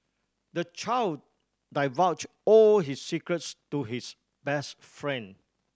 the child divulged all his secrets to his best friend